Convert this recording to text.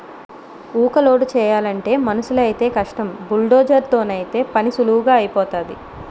ఊక లోడు చేయలంటే మనుసులైతేయ్ కష్టం బుల్డోజర్ తోనైతే పనీసులువుగా ఐపోతాది